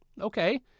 okay